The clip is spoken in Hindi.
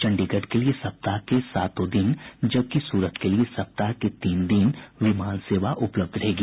चंडीगढ़ के लिये सप्ताह के सातों दिन जबकि सूरत के लिये सप्ताह के तीन दिन विमान सेवा उपलब्ध रहेगी